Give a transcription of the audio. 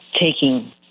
taking